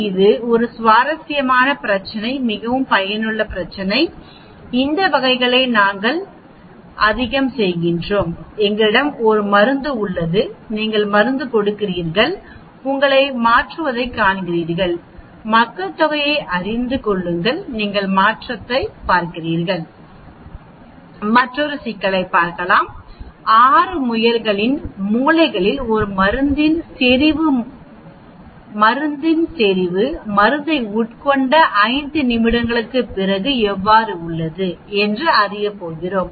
இது ஒரு சுவாரஸ்யமான பிரச்சினை மிகவும் பயனுள்ள பிரச்சினை இந்த வகைகளை நாங்கள் அதிகம் செய்கிறோம் எங்களிடம் ஒரு மருந்து உள்ளது நீங்கள் மருந்து கொடுக்கிறீர்கள் உங்களை மாற்றுவதைக் காண்கிறீர்கள் மக்கள்தொகையை அறிந்து கொள்ளுங்கள் நீங்கள் மாற்றத்தைப் பார்க்கிறீர்கள் மற்றொரு சிக்கலைப் பார்ப்போம் 6 முயல்களின் மூளையில் ஒரு மருந்தின் செறிவு மருந்தை உட்கொண்ட 5 நிமிடங்களுக்குப் பிறகு எவ்வாறு உள்ளது என்று அறிய போகிறோம்